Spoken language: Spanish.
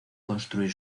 construir